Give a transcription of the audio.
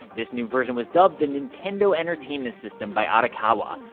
this new version was dubbed the nintendo entertainment system by arakawa,